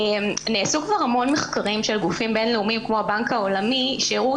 נעשו כבר המון מחקרים של גופים בינלאומיים כמו הבנק העולמי שהראו